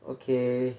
okay